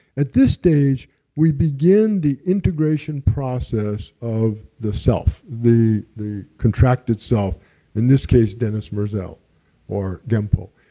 at this stage we begin the integration process of the self. the the contracted self. in this case dennis merzel or genpo.